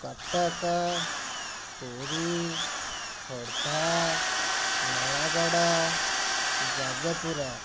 Cuttack Puri Khordha Nayagarh Jajpur